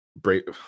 break